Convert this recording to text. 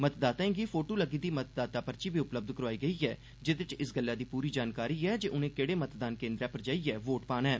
मतदाताएं गी फोटू लग्गी दी मतदाता पर्ची बी उपलब्ध करोआई गेई ऐ जेह्दे च इस गल्लै दी प्री जानकारी ऐ जे उनें केहड़े मतदान केन्द्रै च जाइयै वोट पाना ऐ